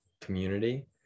community